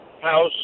house